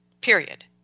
Period